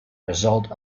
result